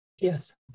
yes